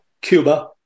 Cuba